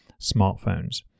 smartphones